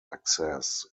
access